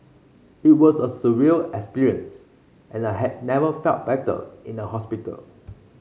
it was a surreal experience and I had never felt better in a hospital